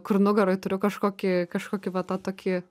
kur nugaroj turiu kažkokį kažkokį va tą tokį